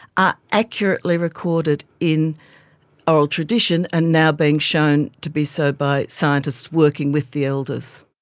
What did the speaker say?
are accurately recorded in oral tradition and now being shown to be so by scientists working with the elders.